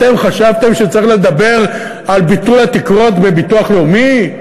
אתם חשבתם שצריך לדבר על ביטול התקרות בביטוח הלאומי?